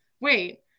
wait